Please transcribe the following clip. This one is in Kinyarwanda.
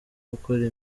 gukora